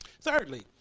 Thirdly